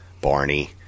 Barney